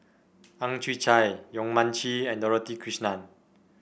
Ang Chwee Chai Yong Mun Chee and Dorothy Krishnan